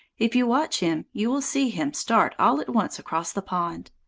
if you watch him, you will see him start all at once across the pond.